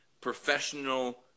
professional